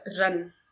run